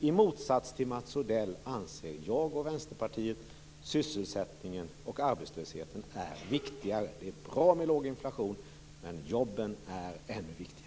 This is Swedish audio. I motsats till Mats Odell anser jag och Vänsterpartiet att sysselsättningen och bekämpning av arbetslösheten är det viktigaste. Det är bra med låg inflation, men jobben är ännu viktigare.